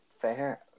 fair